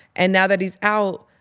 and now that he's out,